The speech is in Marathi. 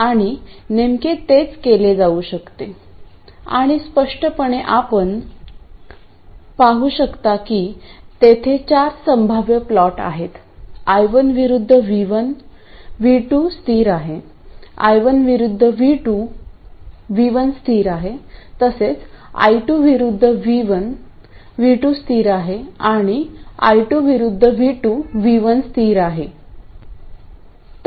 आणि नेमके तेच केले जाऊ शकते आणि स्पष्टपणे आपण पाहू शकता की तेथे चार संभाव्य प्लॉट आहेत I1 विरुद्ध V1 V2 स्थिर आहे I1 विरुद्ध V2 V1 स्थिर आहे तसेच I2 विरुद्ध V1 V2 स्थिर आहे आणि I2 विरुद्ध V2 V1 स्थिर आहे